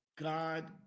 God